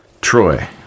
Troy